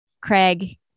craig